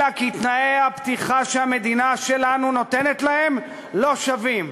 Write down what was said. אלא כי תנאי הפתיחה שהמדינה שלנו נותנת להם לא שווים.